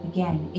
Again